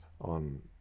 on